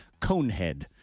Conehead